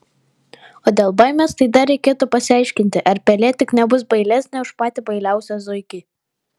o dėl baimės tai dar reikėtų pasiaiškinti ar pelė tik nebus bailesnė už patį bailiausią zuikį